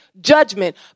judgment